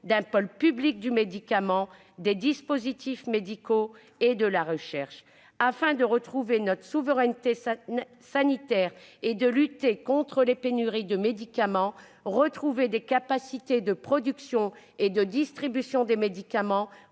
d'un pôle public du médicament, des dispositifs médicaux et de la recherche. Afin de regagner notre souveraineté sanitaire et de lutter contre les pénuries de médicaments, il est indispensable que nous regagnions en 2021 des capacités de production et de distribution des médicaments